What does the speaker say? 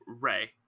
Ray